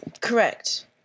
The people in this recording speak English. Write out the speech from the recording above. Correct